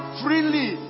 freely